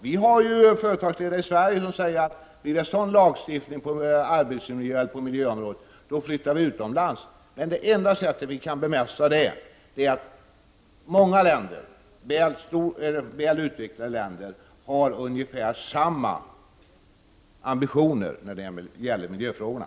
Vi har ju företagsledare i Sverige som säger att blir det en lagstiftning på arbetsmiljöoch miljöområdet som de inte kan acceptera flyttar företagen utomlands. Det enda sättet att bemästra det är att många väl utvecklade länder har ungefär samma ambitioner när det gäller miljöfrågorna.